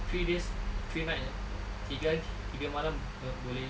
three days three nights eh tiga hari tiga malam boleh